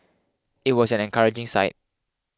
it was an encouraging sight